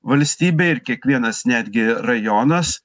valstybė ir kiekvienas netgi rajonas